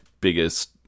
biggest